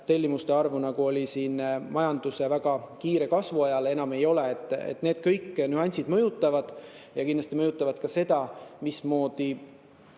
tellimuste arvu, nagu oli majanduse väga kiire kasvu ajal, enam ei ole. Nii et kõik need nüansid mõjutavad ja kindlasti mõjutavad ka seda, mismoodi